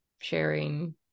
sharing